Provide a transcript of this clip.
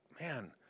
man